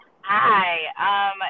Hi